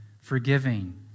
forgiving